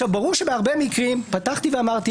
פתחתי ואמרתי: ברור שבהרבה מקרים הרשויות